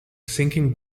sinking